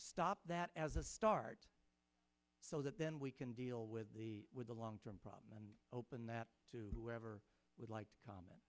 stop that as a start so that then we can deal with the with the long term problem and open that to have or would like to comment